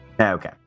Okay